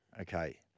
okay